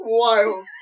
wild